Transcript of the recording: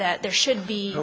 that there should be